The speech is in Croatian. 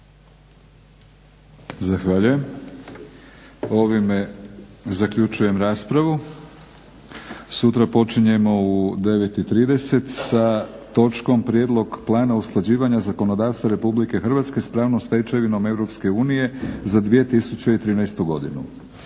Zahvaljujem. Ovime zaključujem raspravu. Sutra počinjemo u 9,30 sa točkom prijedlog Plana usklađivanja zakonodavstva RH s pravnom stečevinom EU za 2013. godinu.